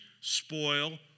spoil